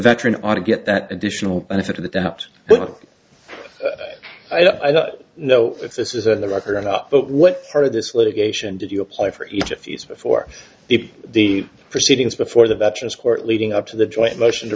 veteran ought to get that additional benefit of the doubt but i don't know if this is a record up but what part of this litigation did you apply for each of these before the proceedings before that us court leading up to the joint motion to